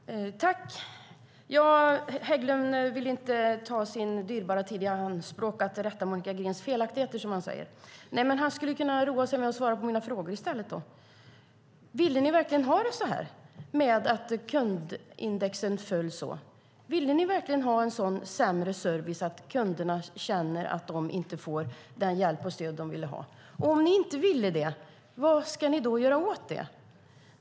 Fru talman! Hägglund vill inte ta sin dyrbara tid i anspråk för att rätta Monica Greens felaktigheter, som han säger. Nej, men han skulle då kunna roa sig med att svara på mina frågor i stället. Ville ni verkligen ha det så här, att kundnöjdheten faller? Ville ni verkligen ha en sämre service så att kunderna känner att de inte får den hjälp och det stöd de vill ha? Om ni inte ville det undrar jag: Vad ska ni göra åt det?